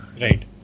right